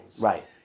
Right